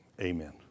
amen